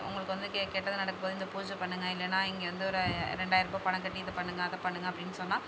உங்களுக்கு வந்து கெ கெட்டது நடக்கபோது இந்த பூஜை பண்ணுங்க இல்லைன்னா இங்கே வந்து ஒரு ரெண்டாயிர்ரூபா பணம் கட்டி இதைப் பண்ணுங்கள் அதைப் பண்ணுங்கள் அப்படின்னு சொன்னால்